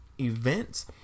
events